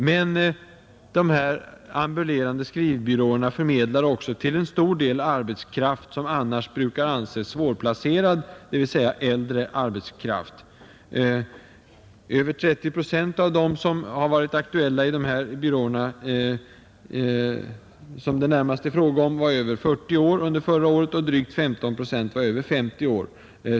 De ambulerande skrivbyråerna förmedlar också till stor del arbetskraft, som annars brukar anses svårplacerad, dvs. äldre arbetskraft. Över 30 procent av dem som varit aktuella i de byråer som det närmast är fråga om var över 40 år under förra året, och drygt 15 procent var över 50 år.